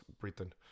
Britain